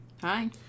Hi